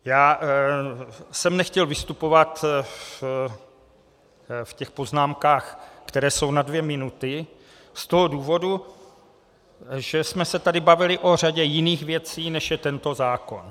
Já jsem nechtěl vystupovat v těch poznámkách, které jsou na dvě minuty, z toho důvodu, že jsme se tady bavili o řadě jiných věcí, než je tento zákon.